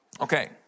Okay